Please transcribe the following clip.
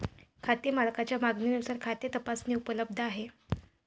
खाते मालकाच्या मागणीनुसार खाते तपासणी उपलब्ध आहे